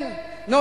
מה זה קשור?